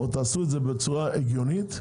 או תעשו את זה בצורה הגיונית,